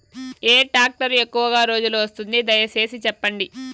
ఏ tractor ఎక్కువగా రోజులు వస్తుంది, దయసేసి చెప్పండి?